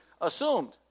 assumed